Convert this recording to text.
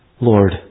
Lord